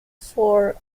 four